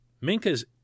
Minka's